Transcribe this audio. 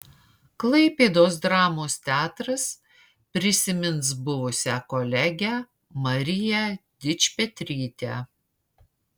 klaipėdos dramos teatras prisimins buvusią kolegę mariją dičpetrytę